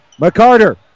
McCarter